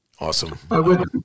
Awesome